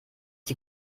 die